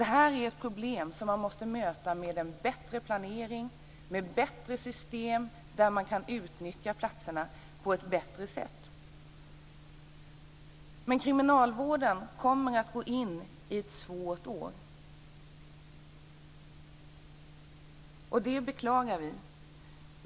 Det här är ett problem som man måste möta med en bättre planering och ett bättre system, så att man kan utnyttja platserna på ett bättre sätt. Kriminalvården kommer att gå in i ett svårt år, och det beklagar vi.